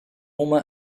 uma